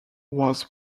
was